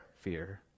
fear